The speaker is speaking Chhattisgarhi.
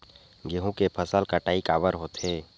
गेहूं के फसल कटाई काबर होथे?